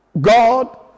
God